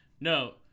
No